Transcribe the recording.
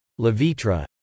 Levitra